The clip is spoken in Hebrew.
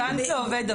גברים בגירים בלבד.